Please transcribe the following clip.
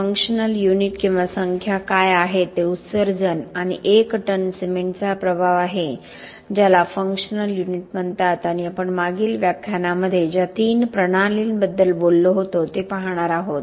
functional unit किंवा संख्या काय आहेत ते उत्सर्जन आणि 1 टन सिमेंटचा प्रभाव आहे ज्याला फंक्शनल युनिट म्हणतात आणि आपण मागील व्याख्यानामध्ये ज्या तीन प्रणालींबद्दल बोललो होतो ते पाहणार आहोत